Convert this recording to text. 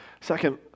Second